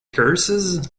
curses